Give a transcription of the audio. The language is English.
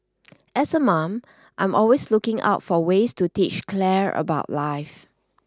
as a mom I'm always looking out for ways to teach Claire about life